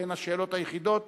שהן השאלות היחידות